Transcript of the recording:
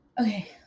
Okay